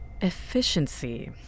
Efficiency